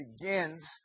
begins